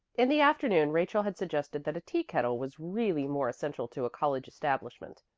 in the afternoon rachel had suggested that a teakettle was really more essential to a college establishment,